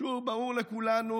שוב, זה ברור לכולנו,